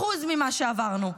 אחוז ממה שעברנו,